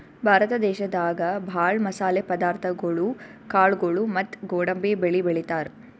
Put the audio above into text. ಭಾರತ ದೇಶದಾಗ ಭಾಳ್ ಮಸಾಲೆ ಪದಾರ್ಥಗೊಳು ಕಾಳ್ಗೋಳು ಮತ್ತ್ ಗೋಡಂಬಿ ಬೆಳಿ ಬೆಳಿತಾರ್